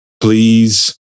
please